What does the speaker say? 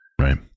Right